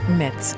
met